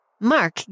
Mark